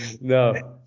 No